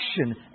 action